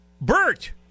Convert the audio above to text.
Bert